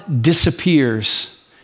disappears